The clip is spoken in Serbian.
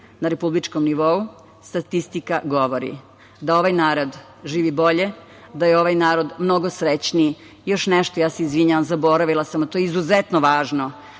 na republičkom nivou, statistika govori da ovaj narod živi bolje, da je ovaj narod mnogo srećniji. Još nešto, ja se izvinjavam, zaboravila sam, a to je izuzetno važno.